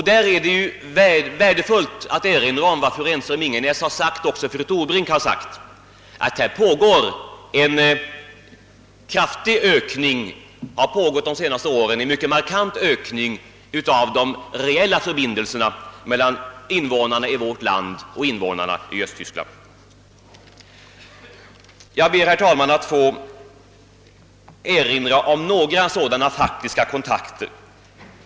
Där är det värdefullt att erinra om vad fru Renström Ingenäs och också fru Torbrink har sagt, nämligen att det under de senaste åren pågått en mycket markant ökning av de reella förbindelserna mellan invånarna i vårt land och invånarna i Östtyskland. Jag ber, herr talman, att få erinra om några sådana faktiska kontakter.